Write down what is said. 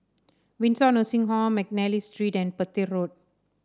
Windsor Nursing Home McNally Street and Petir Road